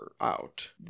out